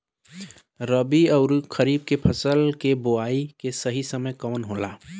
रबी अउर खरीफ के फसल के बोआई के सही समय कवन होला?